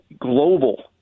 global